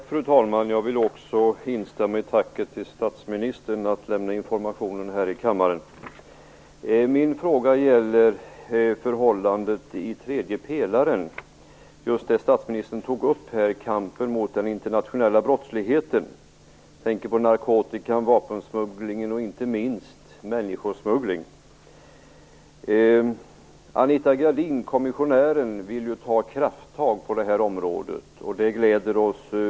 Fru talman! Jag vill också instämma i tacket till statsministern för att han lämnar informationen här i kammaren. Min fråga gäller förhållandet i tredje pelaren och just det som statsministern tog upp här, kampen mot den internationella brottsligheten. Jag tänker på narkotika, vapensmuggling och, inte minst, människosmuggling. Kommissionär Anita Gradin vill ju ta krafttag på det är området, och det glädjer många.